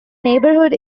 neighborhood